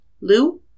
Lou